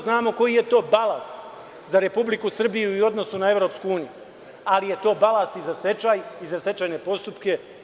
Znamo koji je to balast za Republiku Srbiju u odnosu na EU, ali je to balast i za stečaj i za stečajne postupke.